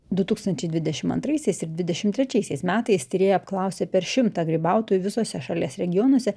du tūkstančiai dvidešim antraisiais ir dvidešim trečiaisiais metais tyrėjai apklausė per šimtą grybautojų visuose šalies regionuose